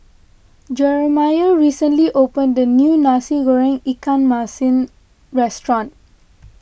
Jeramiah recently opened a new Nasi Goreng Ikan Masin restaurant